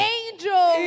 angel